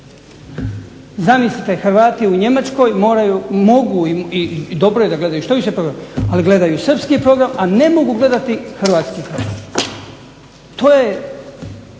Zamislite, Hrvati u Njemačkoj mogu i dobro je da gledaju što više programa, ali gledaju srpski program a ne mogu gledati hrvatski program. To je